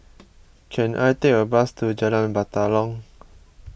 can I take a bus to Jalan Batalong